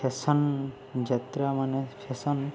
fashion ଯାତ୍ରା ମାନେ fashion